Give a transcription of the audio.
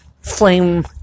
flame